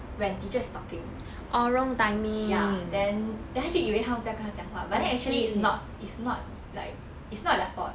when teacher is talking ya then then 她就以为 but then actually it's not it's not like it's not their fault